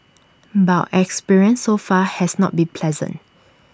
but experience so far has not been pleasant